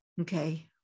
Okay